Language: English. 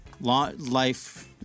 Life